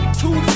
two